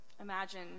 Imagine